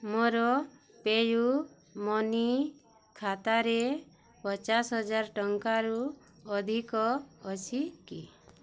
ମୋର PayU money ଖାତାରେ ପଚାଶହଜାର ଟଙ୍କାରୁ ଅଧିକ ଅଛି କି